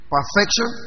Perfection